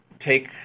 take